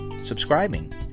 subscribing